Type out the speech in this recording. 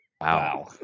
Wow